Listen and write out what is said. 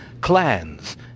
clans